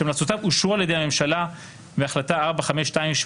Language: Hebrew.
שהמלצותיו אושרו על ידי הממשלה בהחלטה 4528,